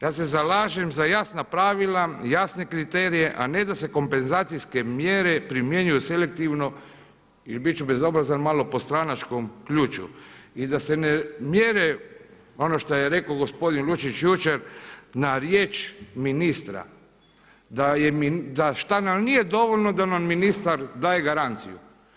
Ja se zalažem za jasna pravila, jasne kriterije a ne da se kompenzacijske mjere primjenjuju selektivno i bit ću bezobrazan malo po stranačkom ključu, i da se ne mjere ono što je rekao gospodin Lučić jučer na riječ ministra, da šta nam nije dovoljno da nam ministar daje garanciju?